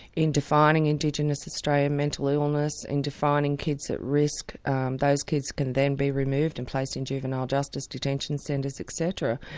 in defining indigenous australian mental illness, in defining kids at risk those kids can then be removed and placed in juvenile justice detention centres etc.